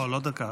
לא, לא דקה.